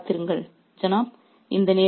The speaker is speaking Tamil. ஒரு நிமிடம் காத்திருங்கள் ஜனாப்